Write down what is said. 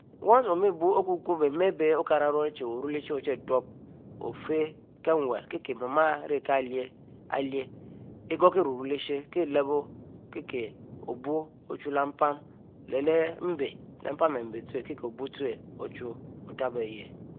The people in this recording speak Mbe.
Onec omiel buie okum kum bie mar-aribie okara, ie urelehchie ochitub, ofieh kieh nwuri, mu arikieh lyieh-lyieh, ghokirue-rue leh lshieh, kiekieh obuoo ochiu-lehmpan leh-leh mbe, mpan mbe ute kikieh